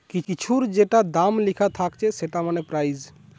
কিছুর যেটা দাম লিখা থাকছে সেটা মানে প্রাইস